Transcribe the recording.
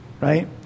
Right